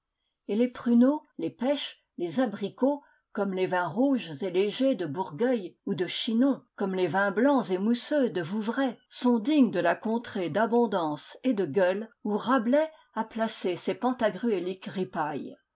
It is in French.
et les pruneaux les pêches les abricots comme les vins rouges et légers de bourgueil ou de chinon comme les vins blancs et mousseux de vouvray sont dignes de la contrée d'abondance et de gueule oij rabelais a placé ses pantagruéliques ripailles